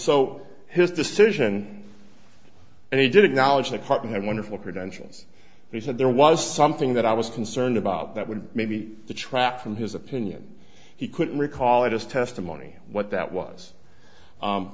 so his decision and he did acknowledge that partner had wonderful credentials he said there was something that i was concerned about that would maybe detract from his opinion he couldn't recall it is testimony what that was